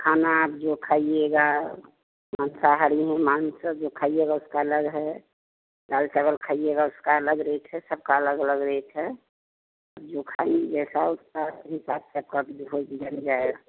खाना आप जो खाइयेगा मांसाहारी मांस खाइयेगा उसका अलग है दाल चावल खाइयेगा उसका अलग रेट है सबका अलग अलग रेट है जो खाइयेगा वो सारा वाटसेप